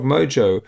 Mojo